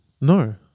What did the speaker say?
no